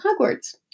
Hogwarts